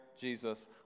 Jesus